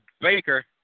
Baker